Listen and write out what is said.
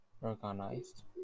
Organized